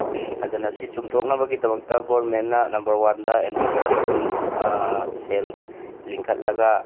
ꯑꯗꯨꯅ ꯑꯁꯤ ꯆꯨꯝꯊꯣꯛꯅꯕꯒꯤꯗꯃꯛꯇ ꯒꯣꯚꯔꯟꯃꯦꯟꯠꯅ ꯅꯝꯕꯔ ꯋꯥꯟꯗ ꯑꯦꯟꯇꯤ ꯀꯔꯞꯁꯟ ꯁꯦꯜꯁ ꯂꯤꯡꯈꯠꯂꯒ